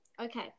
okay